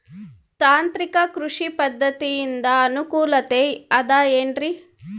ತಾಂತ್ರಿಕ ಕೃಷಿ ಪದ್ಧತಿಯಿಂದ ಅನುಕೂಲತೆ ಅದ ಏನ್ರಿ?